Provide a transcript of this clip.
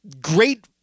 great